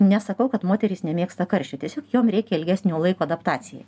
nesakau kad moterys nemėgsta karščio tiesiog jom reikia ilgesnio laiko adaptacijai